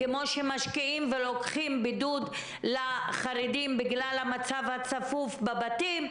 כמו שמשקיעים ולוקחים בידוד לחרדים בגלל המצב הצפוף בבתים,